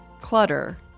Clutter